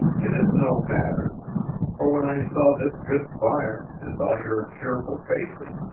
it is no matter for, when i saw this good fire, and all your cheerful faces,